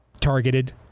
targeted